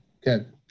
good